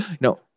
No